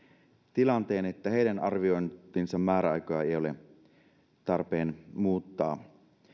tilanteen että heidän arviointinsa määräaikaa ei ole tarpeen muuttaa